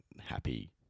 happy